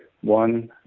one